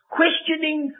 questioning